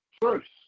first